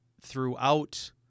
throughout